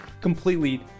completely